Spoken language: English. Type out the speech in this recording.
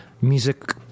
music